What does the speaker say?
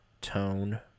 tone